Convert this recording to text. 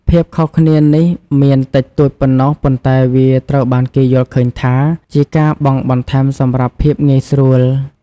ភាពខុសគ្នានេះមានតិចតួចប៉ុណ្ណោះប៉ុន្តែវាត្រូវបានគេយល់ឃើញថាជាការបង់បន្ថែមសម្រាប់ភាពងាយស្រួល។